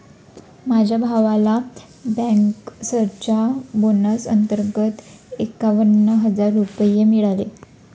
माझ्या भावाला बँकर्सच्या बोनस अंतर्गत एकावन्न हजार रुपये मिळाले